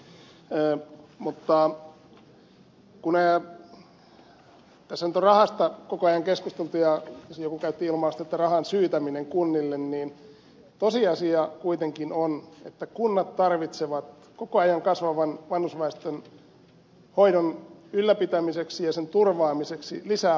mutta kun tässä nyt on rahasta koko ajan keskusteltu ja joku käytti ilmausta rahan syytämisestä kunnille niin tosiasia kuitenkin on että kunnat tarvitsevat koko ajan kasvavan vanhusväestön hoidon ylläpitämiseksi ja sen turvaamiseksi lisää voimavaroja